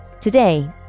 Today